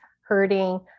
hurting